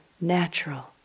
natural